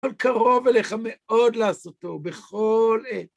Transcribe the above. קרוב אליך מאוד לעשותו, בכל עת.